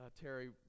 Terry